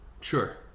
sure